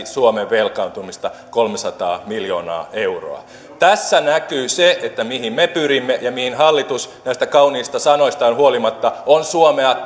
suomen velkaantumista kolmesataa miljoonaa euroa tässä näkyy se mihin me pyrimme ja mihin hallitus näistä kauniista sanoistaan huolimatta on suomea